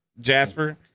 jasper